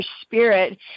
spirit